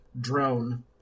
drone